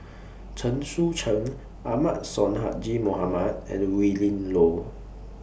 Chen Sucheng Ahmad Sonhadji Mohamad and Willin Low